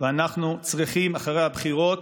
אנחנו צריכים אחרי הבחירות,